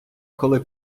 коли